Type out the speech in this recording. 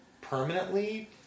permanently